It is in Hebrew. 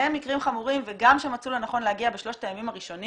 שהם גם חמורים וגם מצאו לנכון להגיע בשלושת הימים הראשונים.